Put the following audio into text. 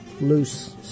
loose